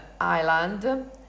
Island